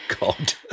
God